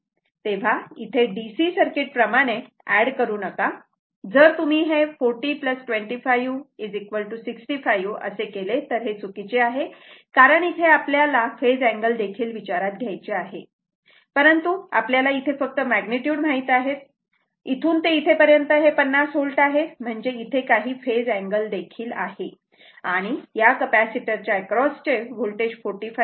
तेव्हा इथे DC circuit प्रमाणे एड करू नका जर तुम्ही हे 40 25 65 असे केले तर ते चुकीचे आहे कारण इथे आपल्याला फेज अँगल देखील विचारात घ्यायचे आहे परंतु आपल्याला इथे फक्त मॅग्निट्युड माहित आहेत इथून ते इथेपर्यंत हे 50 V आहे म्हणजेच इथे काही फेज अँगल देखील आहे आणि या कपॅसिट च्या एक्रॉस चे होल्टेज 45 V आहे